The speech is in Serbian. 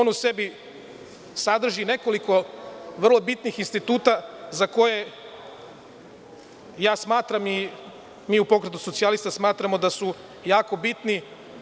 On u sebi sadrži nekoliko vrlo bitnih instituta za koje ja smatram, mi u pogledu socijalista smatramo da su jako bitni.